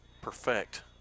perfect